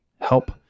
help